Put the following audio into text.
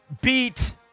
beat